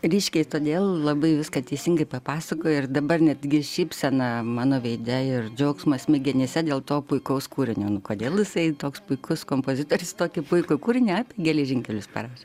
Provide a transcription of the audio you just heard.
ryškiai todėl labai viską teisingai papasakojo ir dabar netgi šypsena mano veide ir džiaugsmas smegenyse dėl to puikaus kūrinio nu kodėl jisai toks puikus kompozitorius tokį puikų kurinį apie geležinkelius paraš